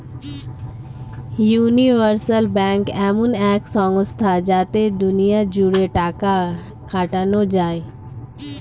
universal bank এমন এক সংস্থা যাতে দুনিয়া জুড়ে টাকা খাটানো যায়